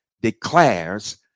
declares